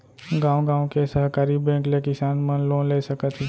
गॉंव गॉंव के सहकारी बेंक ले किसान मन लोन ले सकत हे